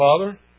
Father